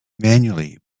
manually